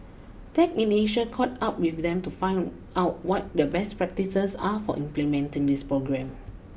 tech in Asia caught up with them to find out what the best practices are for implementing this program